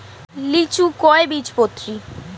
লিচু কয় বীজপত্রী?